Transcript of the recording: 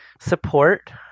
support